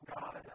God